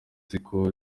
ziko